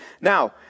Now